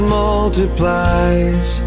multiplies